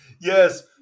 Yes